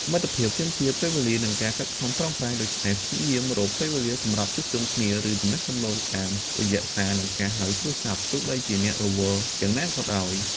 មិត្តភាពទាមទារពេលវេលា និងការខិតខំប្រឹងប្រែង ដូច្នេះព្យាយាមរកពេលវេលាសម្រាប់ជួបជុំគ្នា ឬទំនាក់ទំនងតាមរយៈសារ និងការហៅទូរស័ព្ទ ទោះបីជាអ្នករវល់យ៉ាងណាក៏ដោយ។